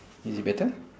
is it better